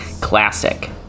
Classic